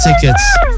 tickets